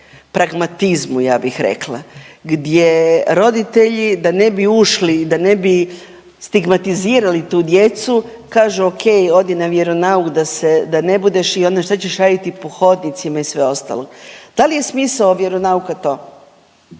pragmatizmu, ja bih rekla, gdje roditelji, da ne bi ušli i da ne bi stigmatizirali tu djecu, kažu, okej, odi na vjeronauk da se, da ne budeš i onda, šta ćeš raditi po hodnicima i sve ostalo. Da li je smisao vjeronauka to?